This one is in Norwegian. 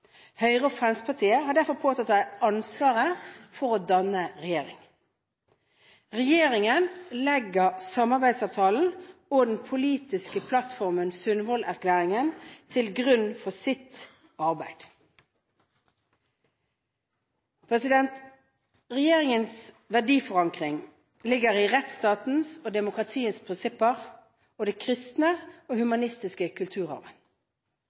Høyre og Fremskrittspartiet har derfor påtatt seg ansvaret for å danne regjering. Regjeringen legger samarbeidsavtalen og den politiske plattformen, Sundvolden-erklæringen, til grunn for sitt arbeid. Regjeringens verdiforankring ligger i rettsstatens og demokratiets prinsipper og den kristne og humanistiske kulturarven.